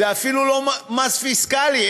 זה אפילו לא מס פיסקלי,